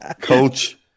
coach